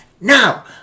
Now